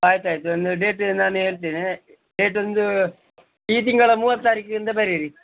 ಆಯ್ತು ಆಯ್ತು ಒಂದು ಡೇಟು ನಾನು ಹೇಳ್ತೇನೆ ಡೇಟ್ ಒಂದು ಈ ತಿಂಗಳ ಮೂವತ್ತು ತಾರೀಕಿಂದ ಬರೆಯಿರಿ